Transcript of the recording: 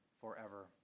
forever